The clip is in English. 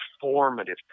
formative